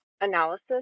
analysis